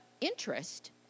interest